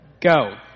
Go